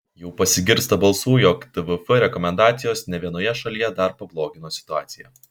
jau pasigirsta balsų jog tvf rekomendacijos ne vienoje šalyje dar pablogino situaciją